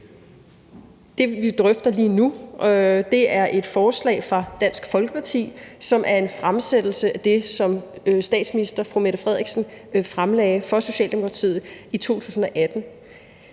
Det, vi drøfter lige nu, er et forslag fra Dansk Folkeparti, som er en fremsættelse af det, som Mette Frederiksen, fremlagde for Socialdemokratiet i 2018.